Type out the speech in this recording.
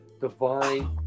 divine